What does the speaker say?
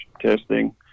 testing